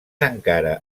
encara